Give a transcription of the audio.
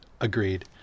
agreed